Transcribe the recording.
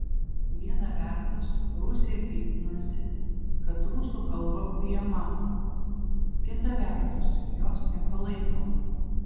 viena vertus rusija piktinasi kad rusų kalba ujama kita vertus jos nepalaiko